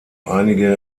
einige